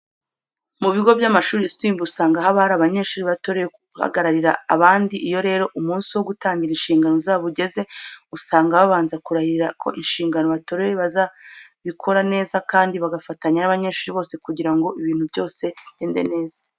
Mu bigo by'amashuri yisumbuye usanga haba hari abanyeshuri batorewe guhagararira abandi. Iyo rero umunsi wo gutangira inshingano zabo ugeze, usanga babanza kurahirira ko inshingano batorewe bazabikora neza kandi bagafatanya n'abanyeshuri bose kugira ngo ibintu byose bigende neza.